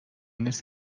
نیس